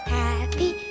happy